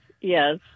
Yes